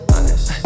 Honest